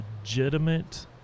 legitimate